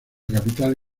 capital